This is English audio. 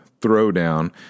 throwdown